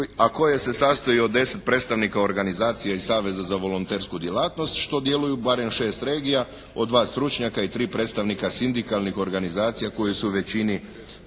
a koje se sastoji od 10 predstavnika organizacije i Saveza za volontersku djelatnost što djeluju barem 6 regija od 2 stručnjaka i 3 predstavnika sindikalnih organizacija koje su u većini